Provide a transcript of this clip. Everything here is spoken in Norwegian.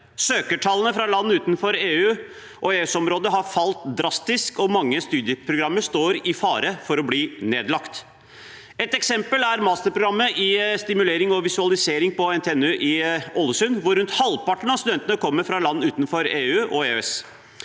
Søkertallene fra land utenfor EU- og EØSområdet har falt drastisk, og mange studieprogram står i fare for å bli nedlagt. Et eksempel er masterprogrammet i simulering og visualisering på NTNU i Ålesund, hvor rundt halvparten av studentene kommer fra land utenfor EU og EØS.